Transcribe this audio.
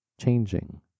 changing